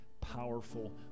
powerful